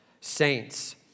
saints